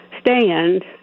stand